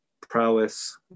prowess